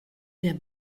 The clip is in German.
der